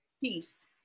peace